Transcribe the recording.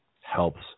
helps